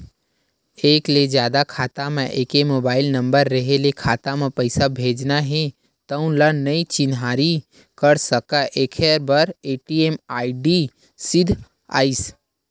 एक ले जादा खाता म एके मोबाइल नंबर रेहे ले खाता म पइसा भेजना हे तउन ल नइ चिन्हारी कर सकय एखरे बर एम.एम.आई.डी सिद्धांत आइस